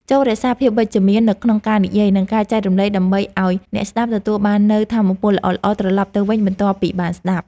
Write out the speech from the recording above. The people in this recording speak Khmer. ចូររក្សាភាពវិជ្ជមាននៅក្នុងការនិយាយ និងការចែករំលែកដើម្បីឱ្យអ្នកស្តាប់ទទួលបាននូវថាមពលល្អៗត្រឡប់ទៅវិញបន្ទាប់ពីបានស្តាប់។